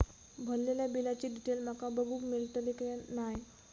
भरलेल्या बिलाची डिटेल माका बघूक मेलटली की नाय?